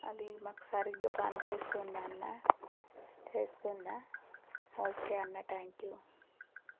అదీ మాకు సరిగ్గా పని చేస్తుందా అన్నా చేస్తుందా ఒకే అన్నా థ్యాంక్ యూ